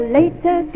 later